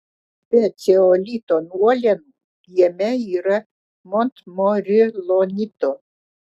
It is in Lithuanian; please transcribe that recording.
be ceolito uolienų jame yra montmorilonito